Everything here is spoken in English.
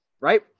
right